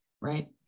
right